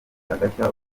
agashya